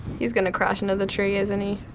he's gonna crash into the tree, isn't he?